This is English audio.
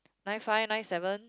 nine five nine seven